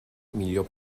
millor